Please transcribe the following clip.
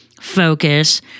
focus